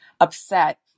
upset